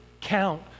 count